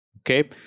okay